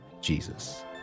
Jesus